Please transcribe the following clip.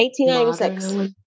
1896